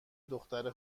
دختر